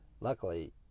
Luckily